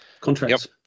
contracts